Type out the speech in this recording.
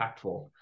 impactful